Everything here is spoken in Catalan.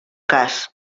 cas